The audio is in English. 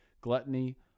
Gluttony